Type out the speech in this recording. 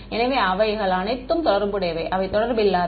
எனவே அவைகள் அனைத்தும் தொடர்புடையவை அவை தொடர்பில்லாதவை